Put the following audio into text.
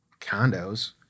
condos